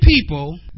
people